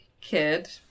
kid